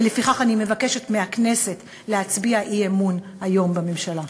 ולפיכך אני מבקשת מהכנסת להצביע אי-אמון בממשלה היום.